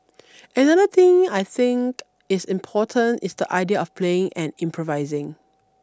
another thing I think is important is the idea of playing and improvising